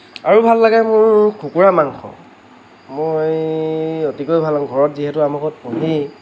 আৰু ভাল লাগে মোৰ কুকুৰা মাংস মই অতিকৈ ভাল পাওঁ যিহেতো আমাৰ ঘৰত পুহেই